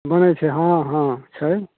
बनै छै हँ हँ छै